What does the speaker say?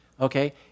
okay